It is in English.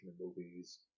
movies